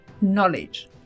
Knowledge